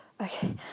okay